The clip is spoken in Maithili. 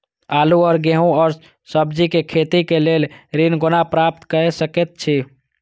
आलू और गेहूं और सब्जी के खेती के लेल ऋण कोना प्राप्त कय सकेत छी?